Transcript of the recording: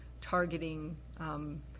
targeting –